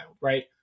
right